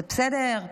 זה בסדר?